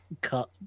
cut